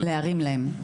להרים להם.